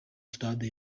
stade